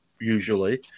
usually